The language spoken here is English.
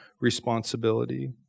responsibility